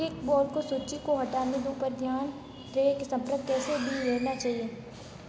kick ball को सूची को हटाने के उपर ध्यान संपर्क कैसे चाहिए